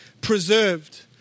preserved